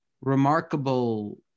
remarkable